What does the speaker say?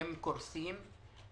הם קורסים.